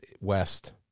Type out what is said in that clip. west